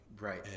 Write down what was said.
Right